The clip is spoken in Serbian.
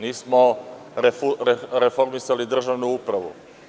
Nismo reformisali državnu upravu.